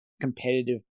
competitive